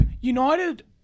United